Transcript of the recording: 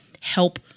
help